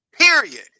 Period